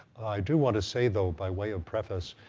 i do want to say, though, by way of preface,